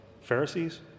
Pharisees